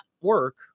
work